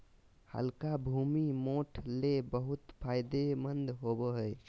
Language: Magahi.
हल्का भूमि, मोठ ले बहुत फायदेमंद होवो हय